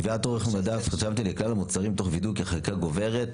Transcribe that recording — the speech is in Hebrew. קביעת אורך מדף חשבתי לכלל המוצרים תוך וידוא כי חלקה גוברת.